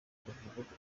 akavuga